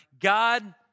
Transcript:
God